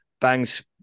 bangs